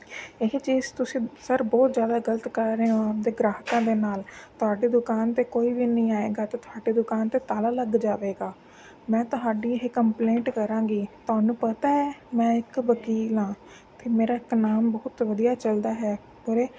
ਇਹ ਚੀਜ਼ ਤੁਸੀਂ ਸਰ ਬਹੁਤ ਜ਼ਿਆਦਾ ਗਲਤ ਕਰ ਰਹੇ ਹੋ ਆਪਦੇ ਗ੍ਰਾਹਕਾਂ ਦੇ ਨਾਲ ਤੁਹਾਡੀ ਦੁਕਾਨ 'ਤੇ ਕੋਈ ਵੀ ਨਹੀਂ ਆਏਗਾ ਅਤੇ ਤੁਹਾਡੀ ਦੁਕਾਨ 'ਤੇ ਤਾਲਾ ਲੱਗ ਜਾਵੇਗਾ ਮੈਂ ਤੁਹਾਡੀ ਇਹ ਕੰਪਲੇਂਟ ਕਰਾਂਗੀ ਤੁਹਾਨੂੰ ਪਤਾ ਹੈ ਮੈਂ ਇੱਕ ਵਕੀਲ ਹਾਂ ਅਤੇ ਮੇਰਾ ਇੱਥੇ ਨਾਮ ਬਹੁਤ ਵਧੀਆ ਚੱਲਦਾ ਹੈ ਓਰੇ